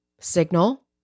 Signal